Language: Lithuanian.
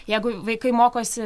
jeigu vaikai mokosi